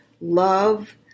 Love